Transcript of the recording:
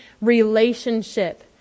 Relationship